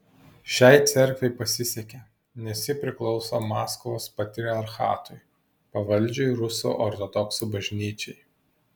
šiai cerkvei pasisekė nes ji priklauso maskvos patriarchatui pavaldžiai rusų ortodoksų bažnyčiai